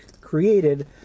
created